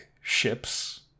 ships